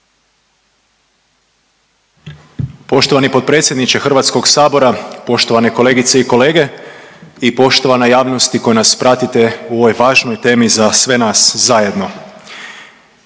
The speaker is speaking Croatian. Poštovani potpredsjedniče Hrvatskog sabora, poštovane kolegice i kolege i poštovana javnosti koja nas pratite u ovoj važnoj temi za sve nas zajedno.